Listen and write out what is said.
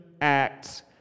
acts